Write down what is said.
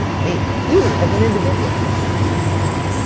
me? you. as an individual. jesus, all right.